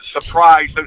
Surprise